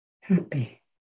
happy